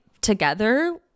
together